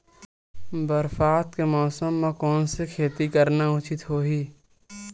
बरसात के मौसम म कोन से खेती करना उचित होही?